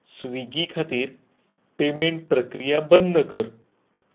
Swiggy खातीर payment प्रक्रिया बंद कर